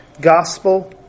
gospel